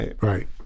Right